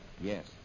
Yes